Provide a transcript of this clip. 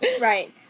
Right